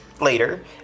later